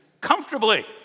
comfortably